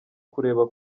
kureba